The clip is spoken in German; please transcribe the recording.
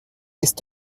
ist